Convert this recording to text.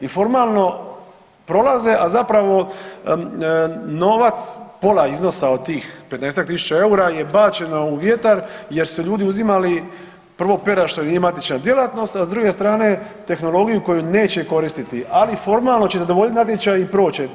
I formalno prolaze, a zapravo novac, pola iznosa od tih petnaestak tisuća eura je bačeno u vjetar jer su ljudi uzimali prvo perad što nije matična djelatnost, a s druge strane tehnologiju koju neće koristiti ali formalno će zadovoljiti natječaj i proći će.